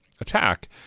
attack